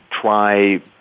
try